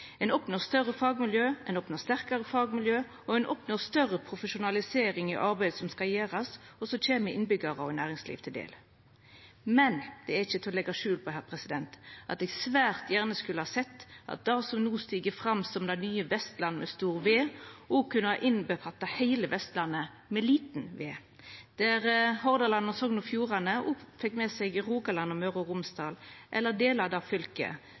Ein oppnår større fagmiljø, ein oppnår sterkare fagmiljø, og ein oppnår større profesjonalisering i arbeidet som skal gjerast, og som kjem innbyggjarar og næringsliv til gode. Men det er ikkje til å leggja skjul på at eg svært gjerne skulle ha sett at det som no stig fram som det nye Vestlandet, med stor V, òg kunne ha omfatta heile vestlandet, med liten v, der Hordaland og Sogn og Fjordane òg fekk med seg Rogaland og Møre og Romsdal – eller dei delane av det fylket